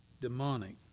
Demonic